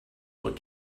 what